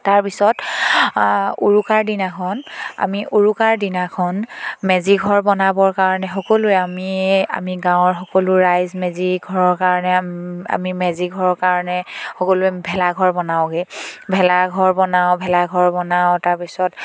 তাৰপিছত উৰুকাৰ দিনাখন আমি উৰুকাৰ দিনাখন মেজি ঘৰ বনাবৰ কাৰণে সকলোৱে আমি আমি গাঁৱৰ সকলো ৰাইজ মেজি ঘৰৰ কাৰণে আমি মেজি ঘৰৰ কাৰণে সকলোৱে ভেলাঘৰ বনাওঁগৈ ভেলাঘৰ বনাওঁ ভেলাঘৰ বনাওঁ তাৰপিছত